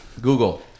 Google